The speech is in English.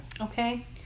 Okay